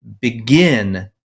begin